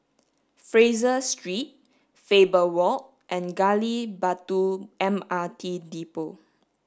Fraser Street Faber Walk and Gali Batu M R T Depot